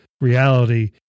reality